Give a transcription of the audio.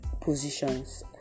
positions